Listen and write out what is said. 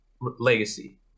legacy